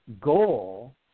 goal